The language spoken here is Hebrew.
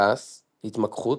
כעס, התמקחות,